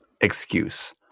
excuse